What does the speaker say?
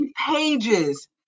pages